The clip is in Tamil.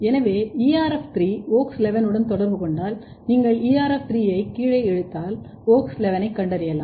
எனவே ERF3 WOX11 உடன் தொடர்பு கொண்டால் நீங்கள் ERF3 ஐ கீழே இழுத்தால் WOX11 ஐக் கண்டறியலாம்